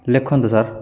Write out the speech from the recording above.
ଲେଖନ୍ତୁ ସାର୍